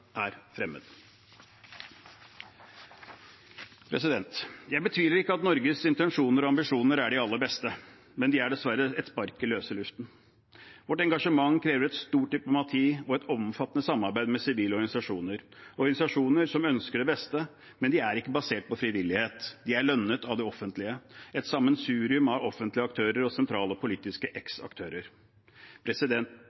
er fremmed. Jeg betviler ikke at Norges intensjoner og ambisjoner er de aller beste, men de er dessverre et spark i løse luften. Vårt engasjement krever et stort diplomati og et omfattende samarbeid med sivile organisasjoner – organisasjoner som ønsker det beste, men som ikke er basert på frivillighet. De er lønnet av det offentlige – et sammensurium av offentlige aktører og sentrale politiske